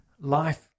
Life